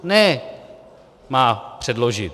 Ne, má předložit.